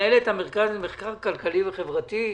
מנהלת המרכז למחקר כלכלי וחברתי.